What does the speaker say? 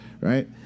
right